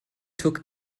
took